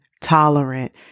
tolerant